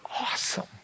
awesome